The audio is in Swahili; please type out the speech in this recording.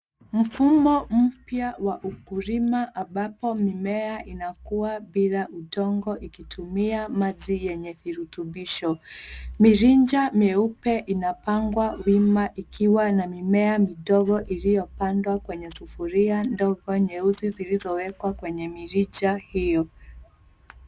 Mfumo mpya wa ukulima ambapo mimea inakua bila udongo ikitumia maji yenye virutubisho. Mirija meupe imepangwa wima ikiwa na mimea midogo iliyopandwa kwenye sufuria ndogo nyeusi zilizowekwa kwenye mirija hiyo.